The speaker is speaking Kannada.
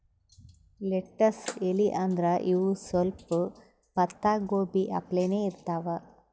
ಲೆಟ್ಟಸ್ ಎಲಿ ಅಂದ್ರ ಇವ್ ಸ್ವಲ್ಪ್ ಪತ್ತಾಗೋಬಿ ಅಪ್ಲೆನೇ ಇರ್ತವ್